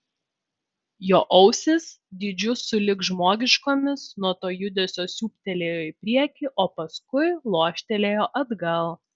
jo ausys dydžiu sulig žmogiškomis nuo to judesio siūbtelėjo į priekį o paskui loštelėjo atgal